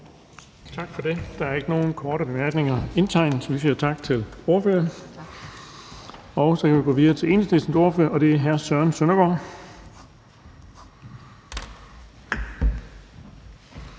Tak for det. Der er ikke nogen indtegnet til korte bemærkninger, så vi siger tak til ordføreren. Og så kan vi gå videre til Enhedslistens ordfører, og det er hr. Søren Søndergaard.